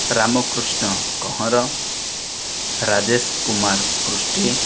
Ramakrishna Kahanr Rajesh Kumar Prusty